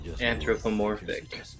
anthropomorphic